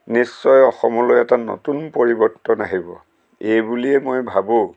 নিশ্চয় অসমলৈ এটা নতুন পৰিৱৰ্তন আহিব এই বুলিয়েই মই ভাবোঁ